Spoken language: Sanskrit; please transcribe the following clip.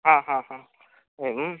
एवं